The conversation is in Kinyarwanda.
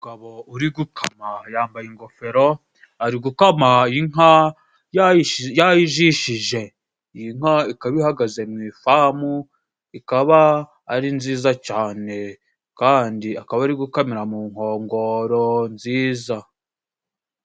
Umugabo uri gukama yambaye ingofero, ari gukama inka yayishi yayijishije, iyinka ikaba ihagaze mu ifamu ikaba ari nziza cyane, kandi akaba ari gukamira mu nkongoro nziza.